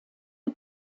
die